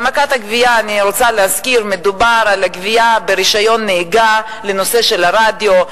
אני רוצה להזכיר שבהעמקת הגבייה מדובר על גבייה ברשיון נהיגה על הרדיו,